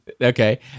Okay